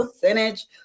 percentage